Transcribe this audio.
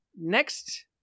Next